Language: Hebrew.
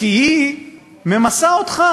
כי היא ממסה אותך